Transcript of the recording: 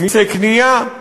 מסי קנייה,